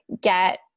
get